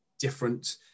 different